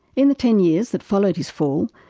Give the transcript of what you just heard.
in the ten years that followed his fall,